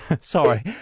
sorry